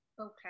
Okay